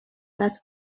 that